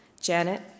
Janet